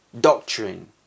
doctrine